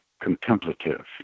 contemplative